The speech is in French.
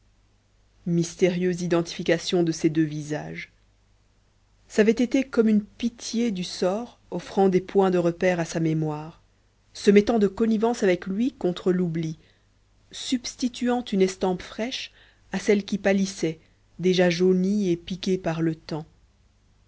mystérieuse identification de ces deux visages c'avait été comme une pitié du sort offrant des points de repère à sa mémoire se mettant de connivence avec lui contre l'oubli substituant une estampe fraîche à celle qui pâlissait déjà jaunie et piquée par le temps